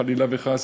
חלילה וחס,